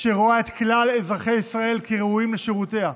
שרואה את כלל אזרחי ישראל כראויים לשירותיה.